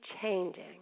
changing